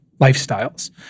lifestyles